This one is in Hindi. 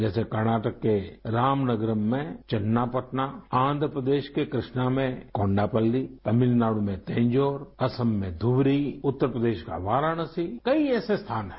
जैसे कर्नाटक के रामनगरम में चन्नापटना आन्ध प्रदेश के कृष्णा में कोंडापल्ली तमिलनाडु में तंजौर असम में धुबरी उत्तर प्रदेश का वाराणसी कई ऐसे स्थान हैं